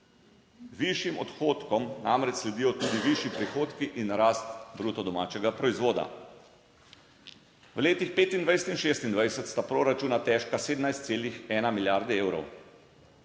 Višjim odhodkom namreč sledijo tudi višji prihodki in rast bruto domačega proizvoda. V letih 2025 in 2026 sta proračuna težka 17,1 milijarde evrov.